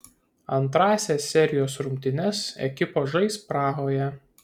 antrąsias serijos rungtynes ekipos žais prahoje